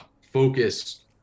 focus